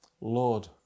Lord